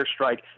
Airstrike